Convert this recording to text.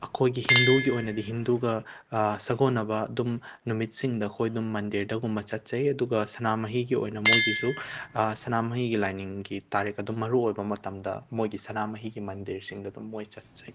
ꯑꯩꯈꯣꯏꯒꯤ ꯍꯤꯟꯗꯨꯒꯤ ꯑꯣꯏꯅꯗꯤ ꯍꯤꯟꯗꯨꯒ ꯁꯥꯒꯣꯟꯅꯕ ꯑꯗꯨꯝ ꯅꯨꯃꯤꯠꯁꯤꯡꯗ ꯑꯩꯈꯣꯏ ꯑꯗꯨꯝ ꯃꯟꯗꯤꯔꯗꯒꯨꯝꯕ ꯆꯠꯆꯩ ꯑꯗꯨꯒ ꯁꯅꯥꯃꯍꯤꯒꯤ ꯑꯣꯏꯅ ꯃꯣꯏꯒꯤꯁꯨ ꯁꯅꯥꯃꯍꯤꯒꯤ ꯂꯥꯏꯅꯤꯡꯒꯤ ꯇꯥꯔꯤꯛ ꯑꯗꯨꯝ ꯃꯔꯨꯑꯣꯏꯕ ꯃꯇꯝꯗ ꯃꯣꯏꯒꯤ ꯁꯅꯥꯍꯃꯍꯤꯒꯤ ꯃꯟꯗꯤꯔꯁꯤꯡꯗ ꯑꯗꯨꯝ ꯃꯣꯏ ꯆꯠꯆꯩ